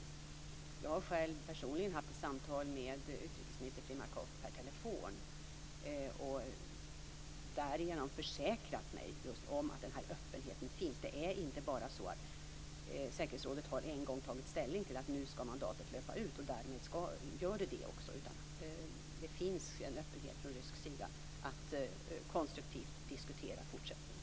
Jag har personligen haft ett samtal med utrikesminister Primakov per telefon och därigenom försäkrat mig just om att den här öppenheten finns. Det är inte bara så att säkerhetsrådet en gång har tagit ställning till att mandatet skall löpa ut och därmed gör det så. Det finns en öppenhet från rysk sida att konstruktivt diskutera fortsättningen.